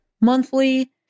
monthly